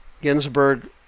Ginsburg